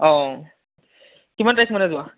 অ' কিমান তাৰিখমানে যোৱা